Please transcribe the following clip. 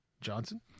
Johnson